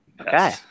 Okay